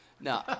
No